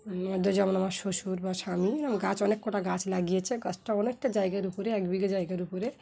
যেমন আমার শ্বশুর বা স্বামী গাছ অনেক কটা গাছ লাগিয়েছে গাছটা অনেকটা জায়গার উপরে এক বিঘে জায়গার উপরে